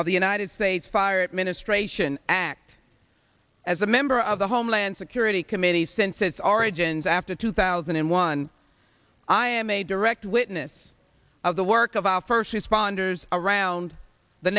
of the united states fire ministration act as a member of the homeland security committee since its origins after two thousand and one i am a direct witness of the work of our first responders around the